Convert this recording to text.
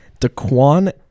Daquan